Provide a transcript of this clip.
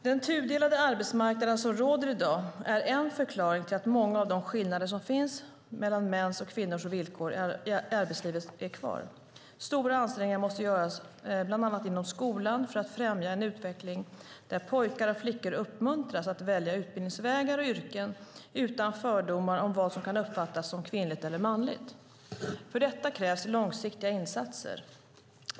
Den tudelade arbetsmarknad som råder i dag är en förklaring till många av de skillnader som finns kvar mellan mäns och kvinnors villkor i arbetslivet. Stora ansträngningar måste göras bland annat inom skolan för att främja en utveckling där pojkar och flickor uppmuntras att välja utbildningsvägar och yrken utan fördomar om vad som kan uppfattas som kvinnligt eller manligt. För detta krävs långsiktiga insatser.